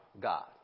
God